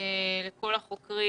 לכל החוקרים,